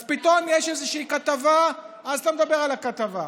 אז פתאום יש איזושהי כתבה, אז אתה מדבר על הכתבה,